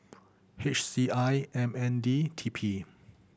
H C I M N D T P